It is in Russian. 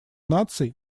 наций